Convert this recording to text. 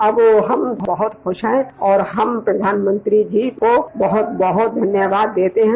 अब हम बहुत खूश है और हम प्रधानमंत्री जी को बहुत बहुत धन्यवाद देते हैं